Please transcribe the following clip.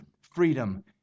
freedom